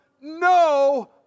no